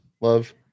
love